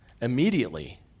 Immediately